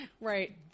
right